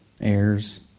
heirs